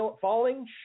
falling